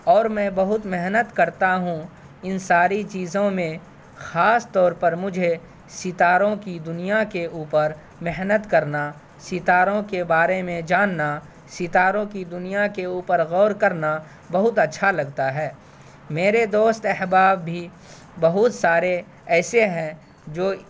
اور میں بہت محنت کرتا ہوں ان ساری چیزوں میں خاص طور پر مجھے ستاروں کی دنیا کے اوپر محنت کرنا ستاروں کے بارے میں جاننا ستاروں کی دنیا کے اوپر غور کرنا بہت اچھا لگتا ہے میرے دوست احباب بھی بہت سارے ایسے ہیں جو